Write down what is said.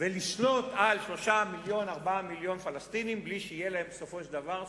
ולשלוט על 4-3 מיליוני פלסטינים בלי שיהיו להם בסופו של דבר זכויות,